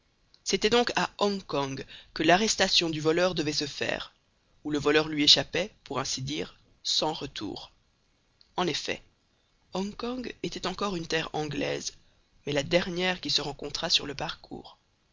c'était donc à hong kong que l'arrestation du voleur devait se faire ou le voleur lui échappait pour ainsi dire sans retour en effet hong kong était encore une terre anglaise mais la dernière qui se rencontrât sur le parcours